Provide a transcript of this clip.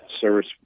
service